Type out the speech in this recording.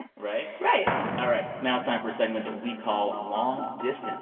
right? right all right. now it's time for a segment that. we call long distance.